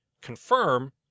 confirm